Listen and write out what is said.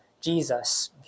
Jesus